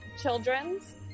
Children's